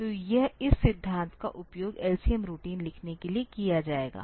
तो इस सिद्धांत का उपयोग LCM रूटीन लिखने के लिए किया जाएगा